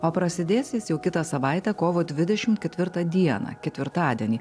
o prasidės jis jau kitą savaitę kovo dvidešim ketvirtą dieną ketvirtadienį